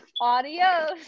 Adios